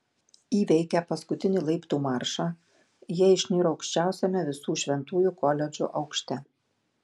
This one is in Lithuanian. įveikę paskutinį laiptų maršą jie išniro aukščiausiame visų šventųjų koledžo aukšte